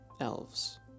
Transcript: elves